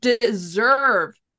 Deserve